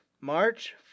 March